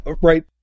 right